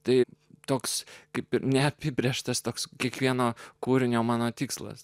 tai toks kaip ir neapibrėžtas toks kiekvieno kūrinio mano tikslas